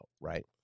Right